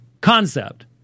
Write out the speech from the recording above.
concept